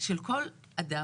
של כל אדם,